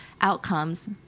outcomes